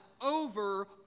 over